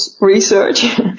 research